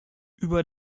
über